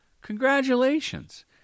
Congratulations